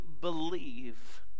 believe